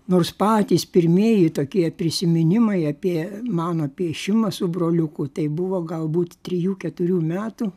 nors patys pirmieji tokie prisiminimai apie mano piešimą su broliuku tai buvo galbūt trijų keturių metų